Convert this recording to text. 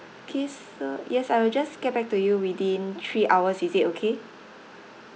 K so yes I will just get back to you within three hours is it okay